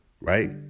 Right